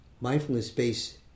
mindfulness-based